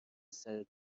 سرت